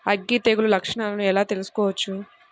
అగ్గి తెగులు లక్షణాలను ఎలా తెలుసుకోవచ్చు?